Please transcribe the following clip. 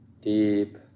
deep